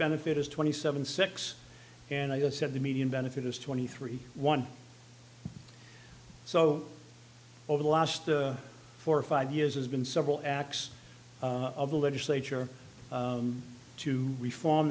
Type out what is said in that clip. benefit is twenty seven six and i said the median benefit is twenty three one so over the last four or five years there's been several acts of the legislature to reform